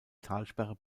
talsperre